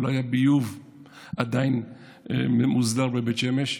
ולא היה עדיין ביוב מוסדר בבית שמש,